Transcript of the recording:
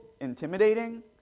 intimidating